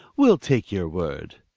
we'll take your word.